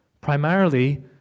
primarily